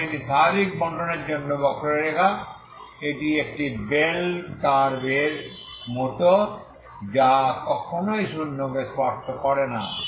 সুতরাং এটি স্বাভাবিক বন্টনের জন্য বক্ররেখা এটি একটি বেল কার্ভ এর মত যা কখনই শূন্যকে স্পর্শ করে না